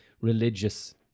religious